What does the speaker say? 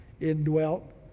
indwelt